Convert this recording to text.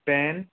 pen